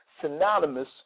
Synonymous